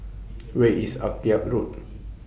Where IS Akyab Road